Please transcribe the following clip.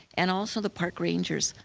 and also the park rangers.